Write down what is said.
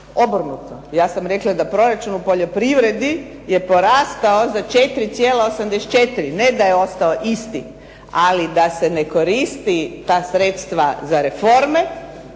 Obrnuto, ja sam rekla da proračun u poljoprivredi je porastao za 4,84, ne da je ostao isti ali da se ne koristi ta sredstva za reforme